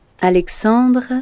Alexandre